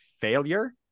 failure